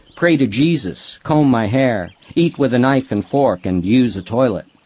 pray to jesus, comb my hair, eat with a knife and fork, and use a toilet.